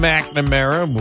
McNamara